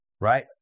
right